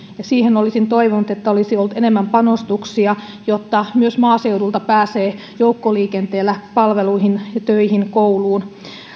ja olisin toivonut että siihen olisi ollut enemmän panostuksia jotta myös maaseudulta pääsee joukkoliikenteellä palveluihin töihin kouluun